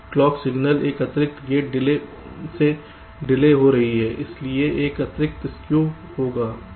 तो यह clock signal एक अतिरिक्त गेट डिले से डिले हो रही है इसलिए एक अतिरिक्त स्कू होगा